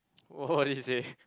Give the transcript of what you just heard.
what did he say